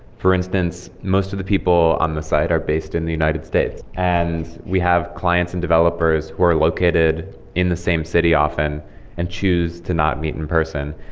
for instance, most of the people on the site are based in the united states. and we have clients and developers who are located in the same city often and choose to not meet in person.